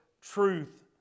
truth